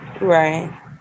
Right